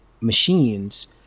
machines